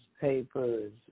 papers